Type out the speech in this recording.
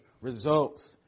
results